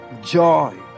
joy